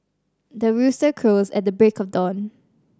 the rooster crows at the break of dawn